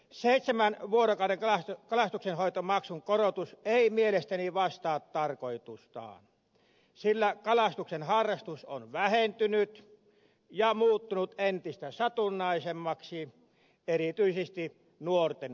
seitsemän vuorokauden kalastuksenhoitomaksun korotus ei mielestäni vastaa tarkoitustaan sillä kalastuksen harrastus on vähentynyt ja muuttunut entistä satunnaisemmaksi erityisesti nuorten keskuudessa